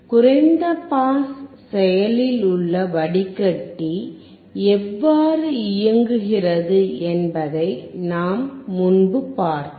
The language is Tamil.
குறைந்த பாஸ் செயலில் உள்ள வடிகட்டி எவ்வாறு இயங்குகிறது என்பதை நாம் முன்பு பார்த்தோம்